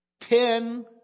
ten